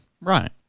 Right